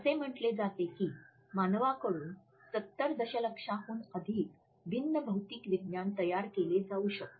असे म्हटले जाते की मानवाकडून ७० दशलक्षाहूनही अधिक भिन्न भौतिक विज्ञान तयार केले जाऊ शकते